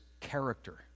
character